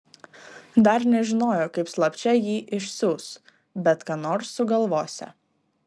dar nežinojo kaip slapčia jį išsiųs bet ką nors sugalvosią